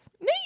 No